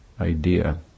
idea